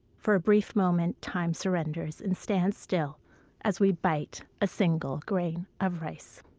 for a brief moment time surrenders and stands still as we bite a single grain of rice